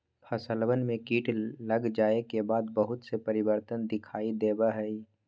फसलवन में कीट लग जाये के बाद बहुत से परिवर्तन दिखाई देवा हई